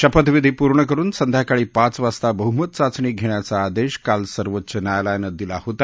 शपथ विधी पूर्ण करुन संध्याकाळी पाच वाजता बहुमत चाचणी घेण्याचा आदेश काल सर्वोच्च न्यायालयानं दिला होता